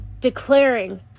Declaring